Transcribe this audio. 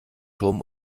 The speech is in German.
turm